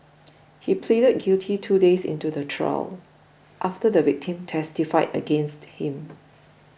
he pleaded guilty two days into the trial after the victim testified against him